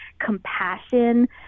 compassion